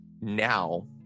now